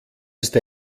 ist